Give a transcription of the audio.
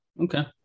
Okay